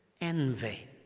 envy